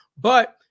But-